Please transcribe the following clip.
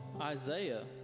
Isaiah